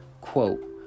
Quote